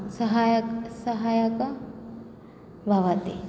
सहायकं सहायकं भवति